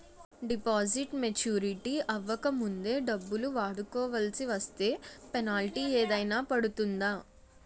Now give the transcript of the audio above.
Deposit maturity అవ్వక ముందే డబ్బులు వాడుకొవాల్సి వస్తే పెనాల్టీ ఏదైనా పడుతుందా?